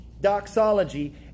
doxology